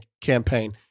campaign